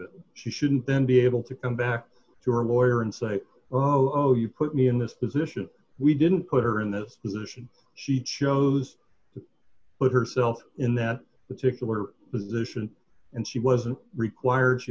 it she shouldn't then be able to come back you're a lawyer and say oh you put me in this position we didn't put her in that position she chose put herself in that particular position and she wasn't required she